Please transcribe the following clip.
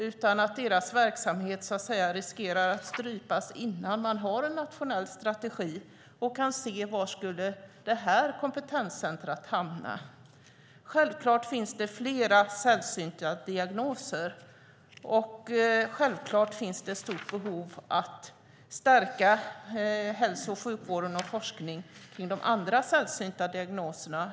Man riskerar i stället att deras verksamhet stryps innan det finns någon nationell strategi och man kan se var kompetenscentret skulle hamna. Självfallet finns det flera sällsynta diagnoser, och självfallet finns det ett stort behov av att stärka hälso och sjukvården och forskningen när det gäller de andra sällsynta diagnoserna.